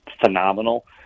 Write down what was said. phenomenal